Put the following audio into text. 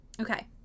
Okay